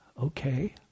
okay